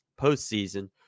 postseason